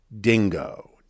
dingo